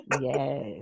Yes